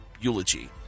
eulogy